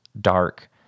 dark